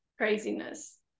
Craziness